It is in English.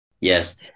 Yes